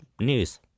news